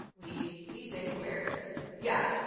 we, we say swears. yeah.